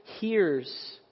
hears